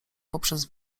poprzez